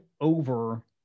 over